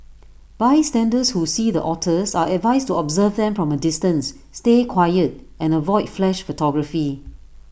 bystanders who see the otters are advised to observe them from A distance stay quiet and avoid flash photography